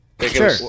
Sure